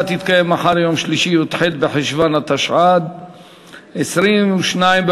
התש"ע 2010,